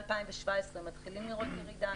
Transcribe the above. מ-2017 מתחילים לראות ירידה,